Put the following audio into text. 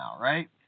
right